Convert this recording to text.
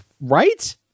Right